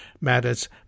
Matters